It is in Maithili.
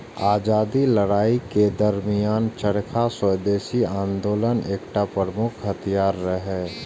आजादीक लड़ाइ के दरमियान चरखा स्वदेशी आंदोलनक एकटा प्रमुख हथियार रहै